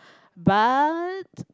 but